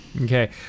Okay